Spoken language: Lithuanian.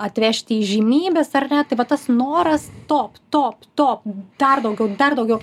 atvežti įžymybes ar ne tai va tas noras top top top dar daugiau dar daugiau